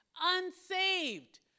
unsaved